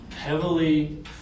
heavily